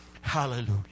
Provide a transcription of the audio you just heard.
Hallelujah